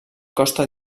costa